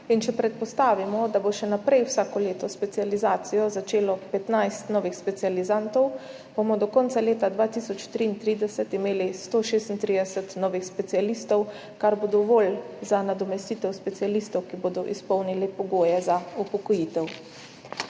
Če predpostavimo, da bo še naprej vsako leto specializacijo začelo 15 novih specializantov, bomo do konca leta 2033 imeli 136 novih specialistov, kar bo dovolj za nadomestitev specialistov, ki bodo izpolnili pogoje za upokojitev.